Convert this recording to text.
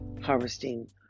harvesting